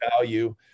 value